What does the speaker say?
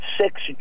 six